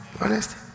Honest